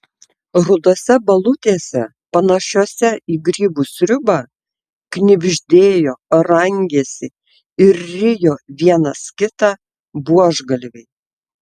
rudose balutėse panašiose į grybų sriubą knibždėjo rangėsi ir rijo vienas kitą buožgalviai